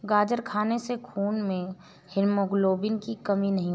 गाजर खाने से खून में हीमोग्लोबिन की कमी नहीं होती